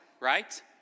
right